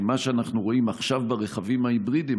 מה שאנחנו רואים עכשיו ברכבים ההיברידיים,